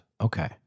okay